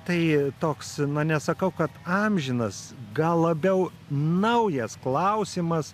tai toks na nesakau kad amžinas gal labiau naujas klausimas